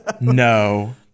No